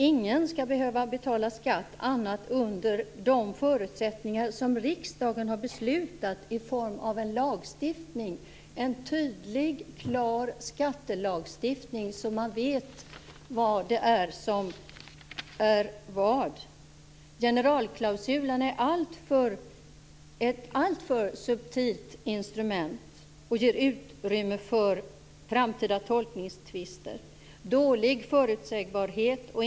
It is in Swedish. Ingen skall behöva betala skatt annat än under de förutsättningar som riksdagen beslutat om i form av en lagstiftning, en tydlig och klar skattelagstiftning som gör att man vet vad som är vad. Generalklausulen är ett alltför subtilt instrument och ger utrymme för framtida tolkningstvister och dålig förutsebarhet.